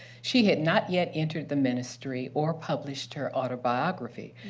she had not yet entered the ministry or published her autobiography.